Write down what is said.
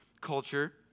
culture